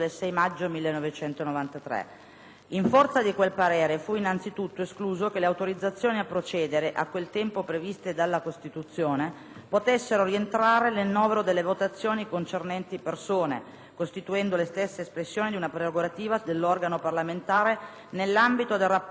In forza di quel parere fu innanzitutto escluso che le autorizzazioni a procedere, a quel tempo previste dalla Costituzione, potessero rientrare nel novero delle votazioni concernenti persone, costituendo le stesse espressione di una prerogativa dell'organo parlamentare nell'ambito del rapporto con altri organi dello Stato.